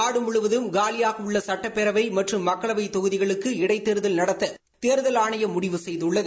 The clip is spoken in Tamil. நாடு முழுவதும் காலியாக உள்ள சட்டப்பேரவை மற்றும் மக்களவை தொகுதிகளுக்கு இடைத்தேர்தல் நடத்த தேர்தல் ஆணையம் முடிவு செய்துள்ளது